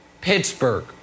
Pittsburgh